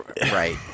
right